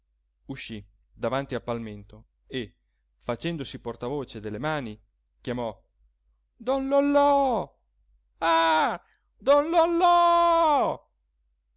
uscì davanti al palmento e facendosi portavoce delle mani chiamò don lollò ah don lollòoo